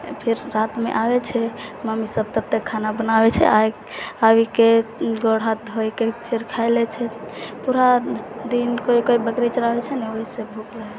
फिर रात मे आबै छै मम्मी सब तब तक खाना बनाबै छै आबि के गोर हाथ धोय के फेर खाय लै छै फेर दिन कऽ बकरी चराबै छै न ओहि से भूख